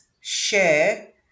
share